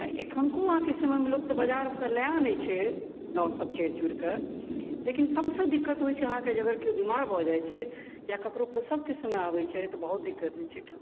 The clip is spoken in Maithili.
आ एखनको आहाँके समयमे लोक तऽ बजारसँ लए आनै छै नावसँ चढ़ि चुढ़िकऽ लेकिन सबसँ दिक्कत होइ छै आहाँके अगर जँ केओ बीमार भऽ जाइ छै या ककरो प्रसवके समय अबै छै त बहुत दिक्कत होय छै अहिठाम